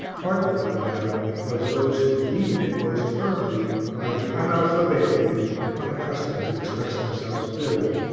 partly, no doubt, because those who believe in it most firmly are the analfabeti and unaccustomed to express themselves clearly.